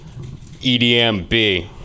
EDMB